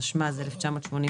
התשמ"ז 1986,